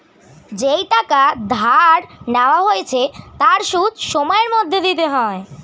যেই টাকা ধার নেওয়া হয়েছে তার সুদ সময়ের মধ্যে দিতে হয়